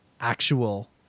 actual